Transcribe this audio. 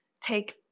take